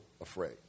afraid